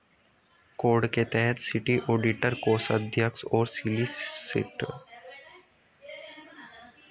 code के तहत city auditor, कोषाध्यक्ष और सॉलिसिटर चुने जाते हैं